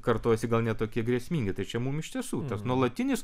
ir kartojasi gal ne tokie grėsmingi tai čia mum iš tiesų tas nuolatinis